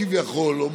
כביכול.